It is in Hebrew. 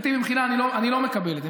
לא, גברתי, במחילה, אני לא מקבל את זה.